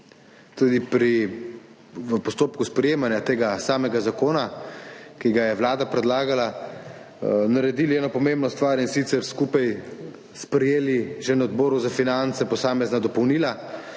tudi v postopku sprejemanja tega samega zakona, ki ga je Vlada predlagala, naredili eno pomembno stvar, in sicer skupaj sprejeli že na Odboru za finance posamezna dopolnila,